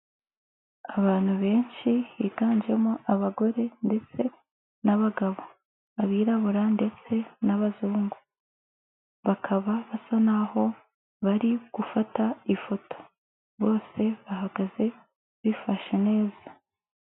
Abantu benshi higanjemo abagore ndetse n'abagabo, abirabura ndetse n'abazungu, bakaba basa naho bari gufata ifoto, bose bahagaze bifashe neza.